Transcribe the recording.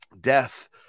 death